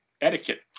etiquette